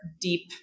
deep